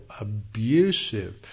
abusive